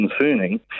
concerning